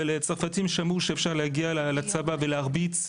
אבל צרפתים שמעו שאפשר להגיע לצבא ולהרביץ,